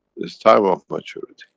it's time of maturity.